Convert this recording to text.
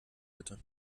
bitte